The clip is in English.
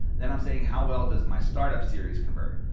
then i'm saying, how well does my startup series convert?